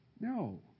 No